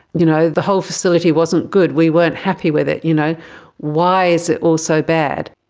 you know the whole facility wasn't good. we weren't happy with it. you know why is it all so bad?